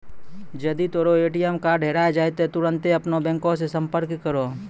जदि तोरो ATM card हेराय जाय त तुरन्ते अपनो बैंको से संपर्क करो